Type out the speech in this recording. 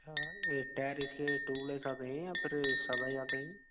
अच्छा ये टायर इस के ट्यूबलेस आते हैं या फिर सादा ही आते हैं